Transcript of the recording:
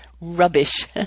rubbish